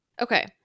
Okay